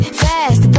fast